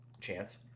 chance